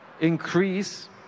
increase